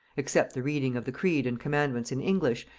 except the reading of the creed and commandments in english,